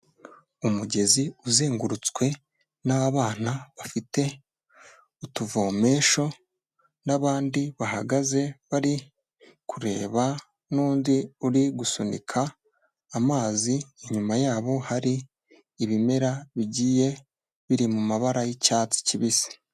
Umugezi uzengurutswe n'abana bafite utuvomesho n'abandi bahagaze bari kureba n'undi uri gusunika amazi, inyuma yabo hari ibimera bigiye biri mu mabara y'icyatsi kibisi.